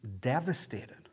devastated